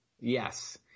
Yes